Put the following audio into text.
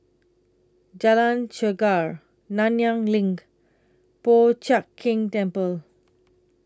Jalan Chegar Nanyang LINK Po Chiak Keng Temple